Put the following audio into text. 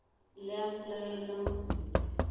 लैस लगयलहुँ